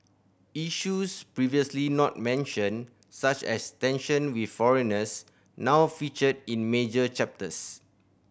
issues previously not mentioned such as tension with foreigners now feature in major chapters